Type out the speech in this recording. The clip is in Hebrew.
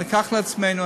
ניקח לעצמנו,